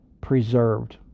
preserved